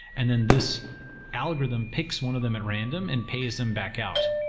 and then this algorithm picks one of them at random and pays them back out.